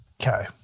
Okay